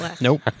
Nope